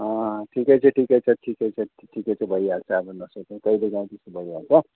हँ ठिकै छ ठिकै छ ठिकै छ ठिकै छ भइहाल्छ अब नसुर्ताऊ कहिलेकाहीँ त्यस्तो भइहाल्छ